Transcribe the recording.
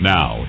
Now